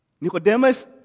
Nicodemus